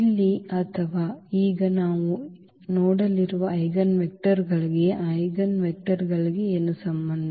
ಇಲ್ಲಿ ಅಥವಾ ಈಗ ನಾವು ನೋಡಲಿರುವ ಐಜೆನ್ವೆಕ್ಟರ್ಗಳಿಗೆ ಐಜೆನ್ವೆಕ್ಟರ್ಗಳಿಗೆ ಏನು ಸಂಬಂಧ